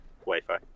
Wi-Fi